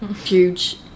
huge